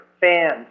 fans